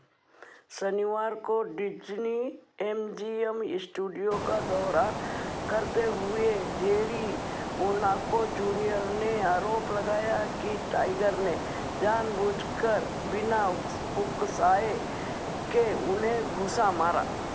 शनिवार को Disney M G M studio का दौरा करते हुए जेरी मोनाको जूनियर ने आरोप लगाया कि टाइगर ने जानबूझ कर बिना उकसाए के उन्हें घूसा मारा